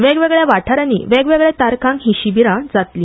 वेगवेगळ्या वाठारांनी वेगवेगळ्या तारखांक ही शिबीरां जातली